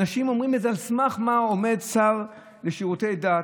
אנשים אומרים: על סמך מה עומד שר לשירותי דת?